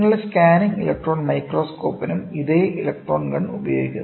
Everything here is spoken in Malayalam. നിങ്ങളുടെ സ്കാനിംഗ് ഇലക്ട്രോൺ മൈക്രോസ്കോപ്പിനും ഇതേ ഇലക്ട്രോൺ ഗൺ ഉപയോഗിക്കുന്നു